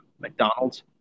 McDonald's